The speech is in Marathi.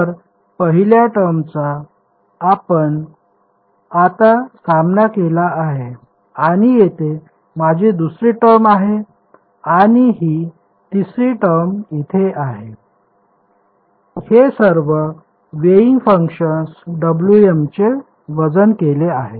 तर पहिल्या टर्मचा आपण आता सामना केला आहे आता येथे माझी दुसरी टर्म आहे आणि ही तिसरी टर्म इथे आहे हे सर्व वेईन्ग फंक्शन Wm ने वजन केले आहे